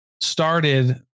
started